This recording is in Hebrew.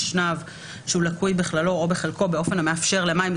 אשנב שהוא לקוי בכללו או בחלקו באופן המאפשר למים...".